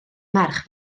merch